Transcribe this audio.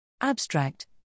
Abstract